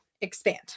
expand